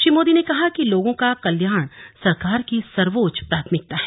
श्री मोदी ने कहा कि लोगों का कल्याण सरकार की सर्वोच्च प्राथमिकता है